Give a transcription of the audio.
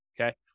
okay